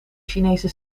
chinese